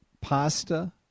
pasta